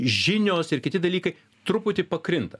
žinios ir kiti dalykai truputį pakrinta